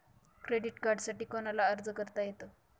Credit कार्डसाठी कोणाला अर्ज करता येतो?